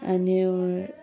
आनी